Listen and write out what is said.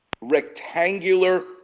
rectangular